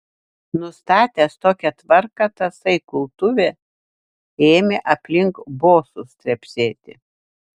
nustatęs tokią tvarką tasai kultuvė ėmė aplink bosus trepsėti